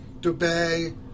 Dubai